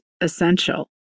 essential